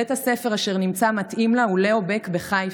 בית הספר שנמצא מתאים לה הוא ליאו בק בחיפה,